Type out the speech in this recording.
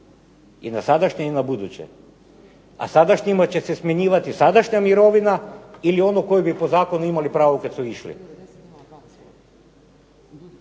I na sadašnje i na buduće, a sadašnjima će se …/Ne razumije se./… sadašnja mirovina, ili onu koju bi po zakonu imali pravo kad su išli?